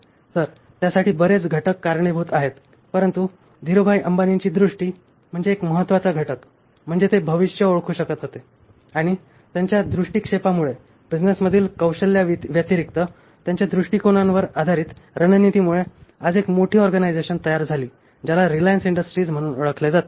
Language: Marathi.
तर त्यासाठी बरेच घटक कारणीभूत आहेत परंतु धीरूभाई अंबानींची दृष्टी म्हणजे एक महत्त्वाचा घटक म्हणजे ते भविष्य ओळखू शकत होते आणि त्यांच्या दृष्टीक्षेपामुळे बिझनेसमधील कौशल्याव्यतिरिक्त त्यांच्या दृष्टीकोनावर आधारित रणनीतीमुळे आज एक मोठी ऑर्गनायझेशन तयार झाली ज्याला रिलायन्स इंडस्ट्रीज म्हणून ओळखले जाते